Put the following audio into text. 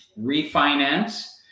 Refinance